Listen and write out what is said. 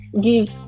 give